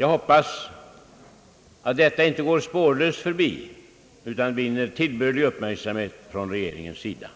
Jag hoppas att detta inte går spårlöst förbi utan vinner tillbörlig uppmärksamhet från regeringens sida.